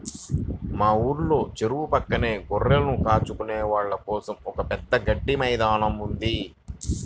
మా ఊర్లో చెరువు పక్కనే గొర్రెలు కాచుకునే వాళ్ళ కోసం ఒక పెద్ద గడ్డి మైదానం ఉంది